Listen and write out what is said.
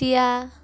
টিয়া